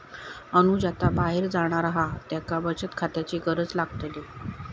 अनुज आता बाहेर जाणार हा त्येका बचत खात्याची गरज लागतली